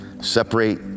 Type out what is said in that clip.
Separate